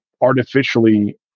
artificially